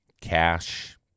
cash